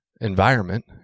environment